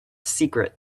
secret